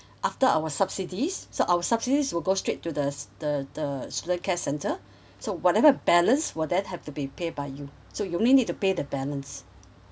after our subsidies so our subsidies will go straight the the the the student care center so whatever balance will then have to be pay by you so you only need to pay the balance